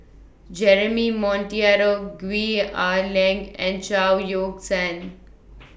Jeremy Monteiro Gwee Ah Leng and Chao Yoke San